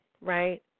right